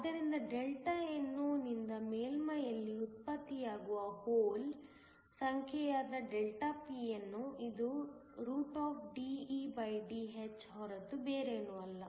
ಆದ್ದರಿಂದ Δnno ನಿಂದ ಮೇಲ್ಮೈಯಲ್ಲಿ ಉತ್ಪತ್ತಿಯಾಗುವ ಹೋಲ್ಗಳ ಸಂಖ್ಯೆಯಾದ Δpno ಇದು DeDh ಹೊರತು ಬೇರೇನೂ ಅಲ್ಲ